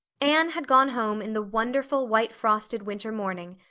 anne had gone home in the wonderful, white-frosted winter morning,